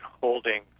holding